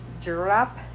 drop